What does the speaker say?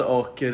och